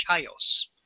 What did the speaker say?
chaos